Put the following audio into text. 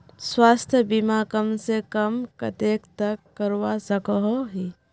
स्वास्थ्य बीमा कम से कम कतेक तक करवा सकोहो ही?